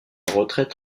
retraite